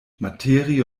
materie